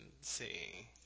see